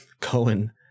Cohen